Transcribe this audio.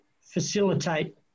facilitate